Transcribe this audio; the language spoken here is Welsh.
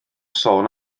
sôn